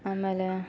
ಆಮೇಲೆ